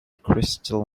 crystal